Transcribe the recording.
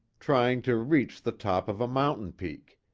trying to reach the top of a mountain peak.